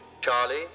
Charlie